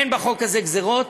אין בחוק הזה גזירות,